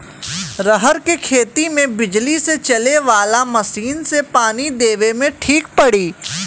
रहर के खेती मे बिजली से चले वाला मसीन से पानी देवे मे ठीक पड़ी?